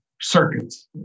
circuits